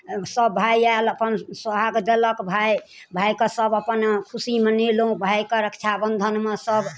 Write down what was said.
सब भाइ आयल अपन सोहाग देलक भाय भाय के सब अपन खुशी मनेलहुँ भाइके रक्षाबन्धनमे सब